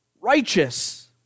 righteous